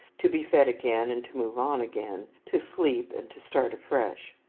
to be fed again and to move on again, to sleep and to start afresh.